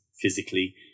physically